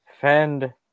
fend